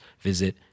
visit